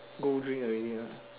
go drink already lah